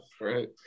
Right